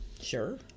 Sure